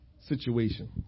situation